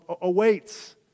awaits